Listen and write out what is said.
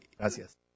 Gracias